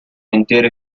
intere